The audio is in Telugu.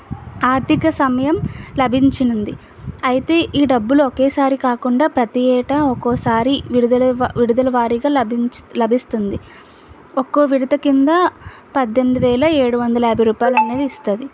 ఆర్థిక సమయం లభించ నుంది అయితే ఈ డబ్బులు ఒకేసారి కాకుండా ప్రతీ ఏటా ఒక్కోసారి విడుదల విడుదల వారిగా లభించి లభిస్తుంది ఒక్కో విడత క్రింద పద్దెనిమిది వేల ఏడు వందల యాభై రూపాయలు అనేది ఇస్తారు